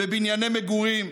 בבנייני מגורים,